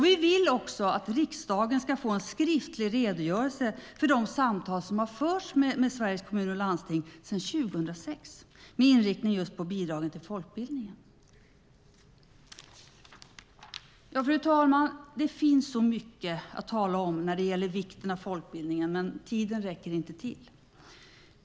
Vi vill också att riksdagen ska få en skriftlig redogörelse för de samtal som har förts med Sveriges Kommuner och Landsting sedan 2006 med inriktning just på bidragen till folkbildningen. Fru talman! Det finns så mycket att tala om när det gäller vikten av folkbildningen, men tiden räcker inte till.